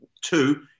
Two